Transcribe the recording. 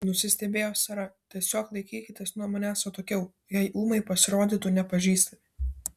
nusistebėjo sara tiesiog laikykitės nuo manęs atokiau jei ūmai pasirodytų nepažįstami